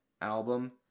album